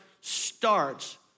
starts